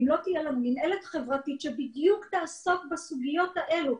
אם לא תהיה לנו מִנהלת חברתית שבדיוק תעסוק בסוגיות האלה,